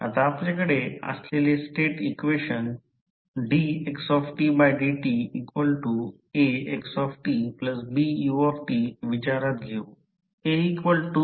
आता आपल्याकडे असलेले स्टेट इक्वेशन dxdtAxtBut विचारात घेऊ